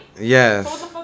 Yes